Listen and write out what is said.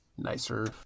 Nicer